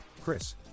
Chris